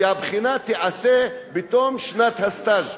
שהבחינה תיעשה בתום שנת הסטאז'.